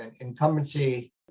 incumbency